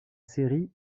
série